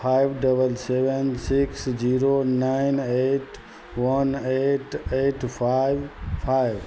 five dubble seven six zero nine eight one eight eight five five